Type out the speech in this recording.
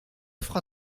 fera